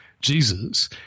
Jesus